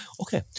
Okay